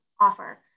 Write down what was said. offer